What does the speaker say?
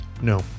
no